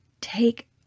take